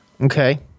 Okay